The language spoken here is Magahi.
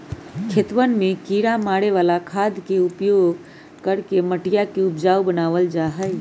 खेतवन में किड़ा मारे वाला खाद के उपयोग करके मटिया के उपजाऊ बनावल जाहई